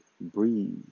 breathe